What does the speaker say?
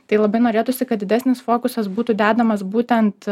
tai labai norėtųsi kad didesnis fokusas būtų dedamas būtent